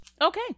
Okay